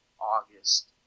August